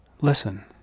Listen